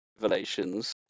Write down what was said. Revelations